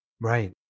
Right